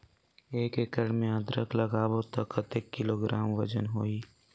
एक एकड़ मे अदरक लगाबो त कतेक किलोग्राम वजन होही?